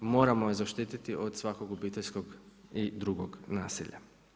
Moramo je zaštititi od svakog obiteljskog i drugog nasilja.